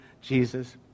Jesus